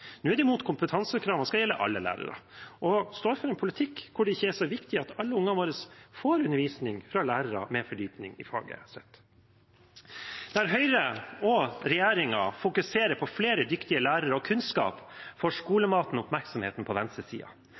Nå er de mot at kompetansekravene skal gjelde alle lærere, og står for en politikk hvor det ikke er så viktig at alle ungene våre får undervisning fra lærere med fordypning i faget. Der Høyre og regjeringen fokuserer på flere dyktigere lærere og kunnskap, får skolematen oppmerksomheten på